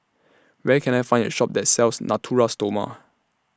Where Can I Find A Shop that sells Natura Stoma